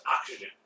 oxygen